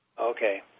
Okay